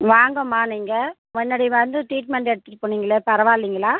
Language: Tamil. வாங்கம்மா நீங்கள் முன்னாடி வந்து ட்ரீட்மெண்ட் எடுத்துகிட்டு போனீங்கள்ல பரவாயில்லைங்களா